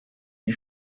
die